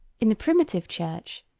in the primitive church,